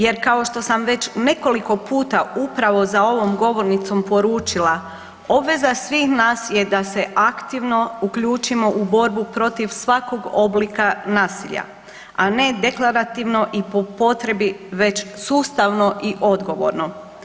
Jer kao što sam već nekoliko puta upravo za ovom govornicom poručila obveza svih nas je da se aktivno uključimo u borbu protiv svakog oblika nasilja, a ne deklarativno i po potrebi već sustavno i odgovorno.